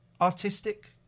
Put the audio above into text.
artistic